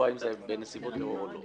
זה בנסיבות של טרור או לא.